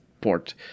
port